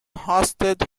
hosted